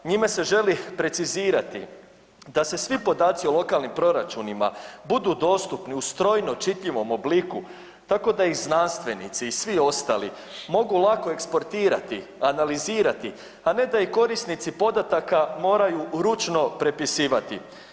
Njime se želi precizirati da se svi podaci o lokalnim proračunima budu dostupni u strojno čitljivom obliku, tako da i znanstvenici i svi ostali mogu lako eksportirati, analizirati, a ne da ih korisnici podataka moraju ručno prepisivati.